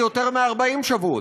היא יותר מ-40 שבועות.